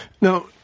Now